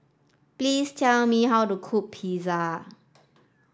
please tell me how to cook Pizza